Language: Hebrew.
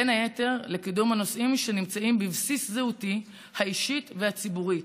ובין היתר לקידום הנושאים שנמצאים בבסיס זהותי האישית והציבורית: